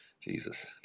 Jesus